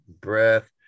breath